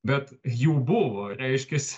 bet jų buvo reiškiasi